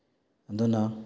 ꯑꯗꯨꯅ